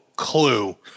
clue